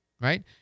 Right